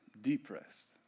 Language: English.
depressed